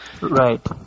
Right